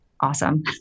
awesome